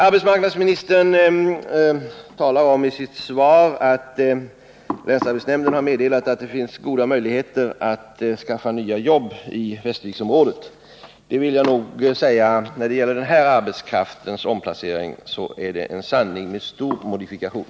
Arbetsmarknadsministern talar i sitt svar om att länsarbetsnämnden har meddelat att det finns goda möjligheter att skaffa nya arbeten i Västerviksområdet, men när det gäller omplacering av denna arbetskraft vill jag säga att det är en sanning med stor modifikation.